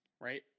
Right